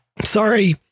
Sorry